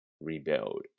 rebuild